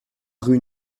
rue